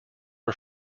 are